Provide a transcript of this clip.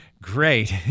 Great